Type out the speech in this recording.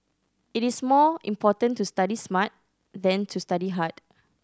it is more important to study smart than to study hard